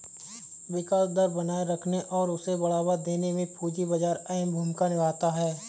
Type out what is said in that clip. विकास दर बनाये रखने और उसे बढ़ावा देने में पूंजी बाजार अहम भूमिका निभाता है